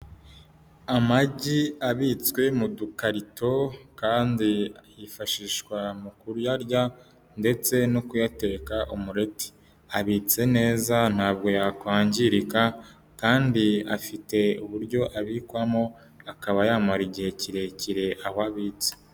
Amagi abitswe mu dukarito kandi yifashishwa mu kuyarya ndetse no kuyateka umureti, abitse neza ntabwo yakwangirika kandi afite uburyo abikwamo akaba yamara igihe kirekire aho abitse.